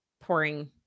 pouring